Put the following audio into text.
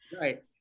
Right